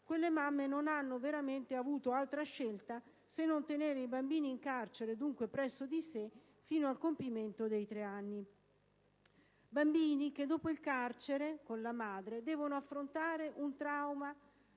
quelle mamme non hanno veramente avuto altra scelta se non tenere i bambini in carcere, dunque presso di sé, fino al compimento dei tre anni. Bambini che dopo il carcere con la madre devono affrontare un trauma